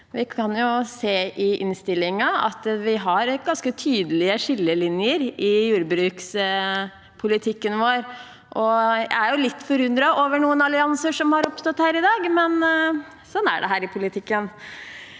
Vi kan jo se av innstillingen at vi har ganske tydelige skillelinjer i jordbrukspolitikken vår, og jeg er litt forundret over noen allianser som har oppstått her i dag, men sånn er det i politikken.